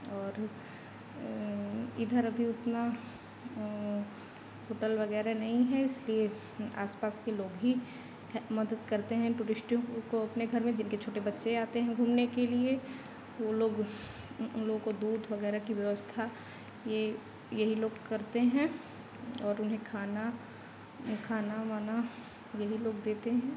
और इधर अभी उतना होटल वग़ैरह नहीं है इसीलिए आसपास के लोग भी मदद करते हैं टूरिस्टों को अपने घर में जिनके छोटे बच्चे आते हैं घूमने के लिए वह लोग उन लोगों को दूध वग़ैरह की व्यवस्था ये यही लोग करते हैं और उन्हें खाना खाना वाना यही लोग देते हैं